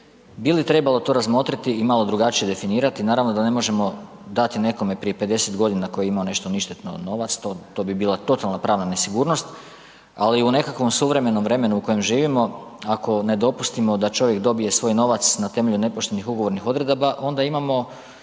bi li trebalo to razmotriti i malo drugačije definirati, naravno da ne možemo dati nekome prije 50 g. koji je imao nešto ništetno novac, to bi bila totalna pravna nesigurnost ali u nekakvom suvremenom vremenu u kojem živimo, ako ne dopustimo da čovjek dobije svoj novac na temelju nepoštenih ugovornih odredaba onda imamo